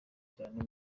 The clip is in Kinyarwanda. cyane